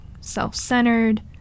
self-centered